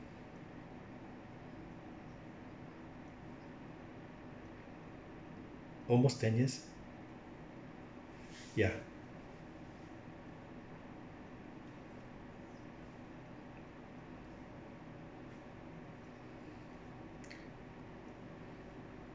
almost ten years ya